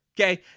Okay